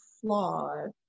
flawed